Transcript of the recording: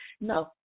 no